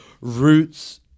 roots